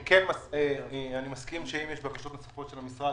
אני מסכים שאם יש בקשות נוספות של המשרד